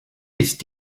ist